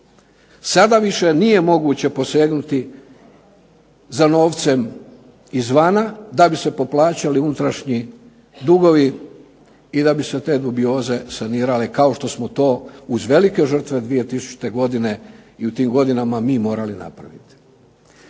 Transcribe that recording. Sada više nije moguće posegnuti za novcem izvana da bi se poplaćali unutrašnji dugovi i da bi se te dubioze sanirale, kao što smo to uz velike žrtve 2000. godine i u tim godinama mi morali napraviti.